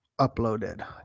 uploaded